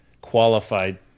qualified